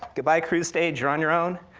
goodbye, cruise stage, you're on your own.